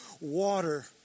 water